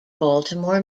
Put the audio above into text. baltimore